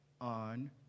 on